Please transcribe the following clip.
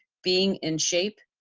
being in shape,